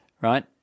Right